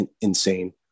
insane